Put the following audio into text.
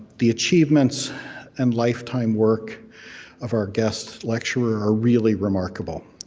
the achievements and lifetime work of our guest lecturer are really remarkable.